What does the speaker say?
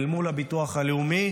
אל מול הביטוח הלאומי,